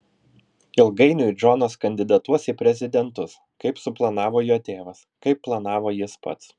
ilgainiui džonas kandidatuos į prezidentus kaip suplanavo jo tėvas kaip planavo jis pats